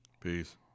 Peace